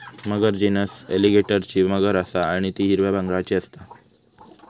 मगर genus एलीगेटरची मगर असा आणि ती हिरव्या रंगाची असता